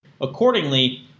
Accordingly